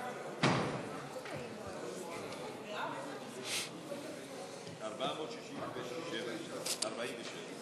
סעיף תקציבי 45, תשלום ריבית ועמלות,